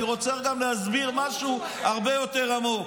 אני רוצה להסביר משהו הרבה יותר עמוק.